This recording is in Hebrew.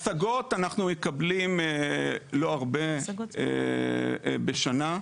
אנחנו לא מקבלים הרבה השגות בשנה.